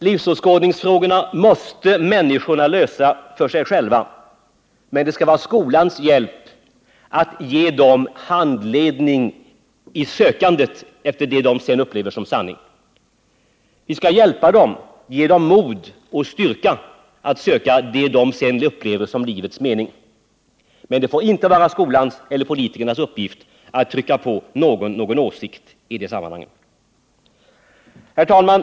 Livsåskådningsfrågorna måste människorna lösa för sig själva, men det skall vara skolans uppgift att ge dem handledning i sökandet efter det de sedan upplever som sanning. Vi skall hjälpa dem, ge dem mod och styrka att söka det de sedan upplever som livets mening. Men det får inte vara skolans eller politikernas uppgift att trycka på människorna någon åsikt i det sammanhanget. Herr talman!